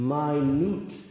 minute